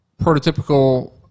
prototypical